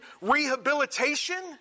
rehabilitation